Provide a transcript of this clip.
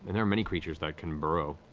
there are many creatures that can burrow.